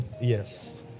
yes